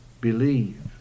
Believe